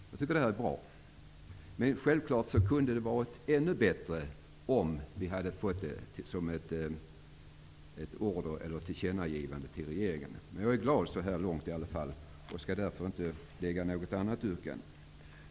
Jag tycker att det är bra, men självfallet hade det varit ännu bättre om vi hade fått ett tillkännagivande till regeringen. Men jag är i alla fall glad så här långt, och jag skall därför inte avge något annat yrkande.